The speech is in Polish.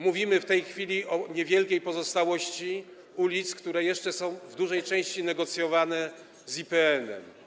Mówimy w tej chwili o niewielkiej pozostałości ulic, które jeszcze są w dużej części negocjowane z IPN-em.